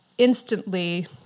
instantly